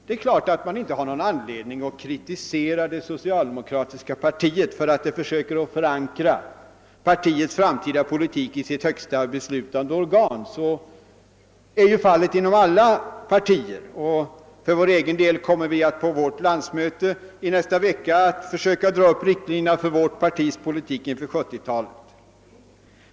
Naturligtvis har man inte någon anledning att kritisera det socialdemokratiska partiet för att det söker förankra partiets framtida politik i sitt högsta beslutande organ. Så är fallet inom alla partier, och för vår egen del kommer vi att på vårt landsmöte i nästa vecka försöka dra upp riktlinjerna för vårt partis politik inför 1970-talet.